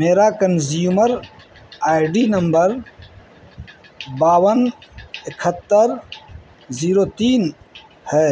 میرا consumer I D number باون اکہتر زیرو تین ہے